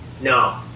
No